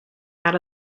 out